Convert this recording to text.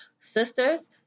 Sisters